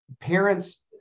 Parents